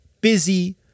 busy